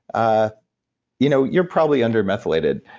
ah you know you're probably under methylated.